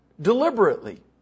deliberately